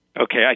Okay